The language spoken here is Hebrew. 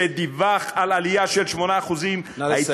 שדיווח על עלייה של 8% נא לסיים.